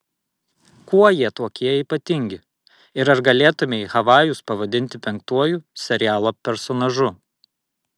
kuo jie tokie ypatingi ir ar galėtumei havajus pavadinti penktuoju serialo personažu